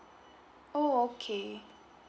oh okay